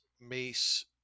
Mace